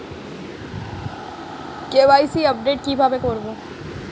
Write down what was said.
KYC update কি ভাবে করবো?